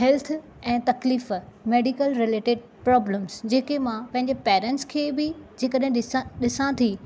health ऐ तकलीफ़ medical related problems जेके मां पंहिंजे पेरेंट्स खे बि जेकॾहिं ॾिसां थी